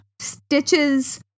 stitches